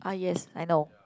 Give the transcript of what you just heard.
uh yes I know